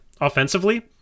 offensively